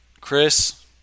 Chris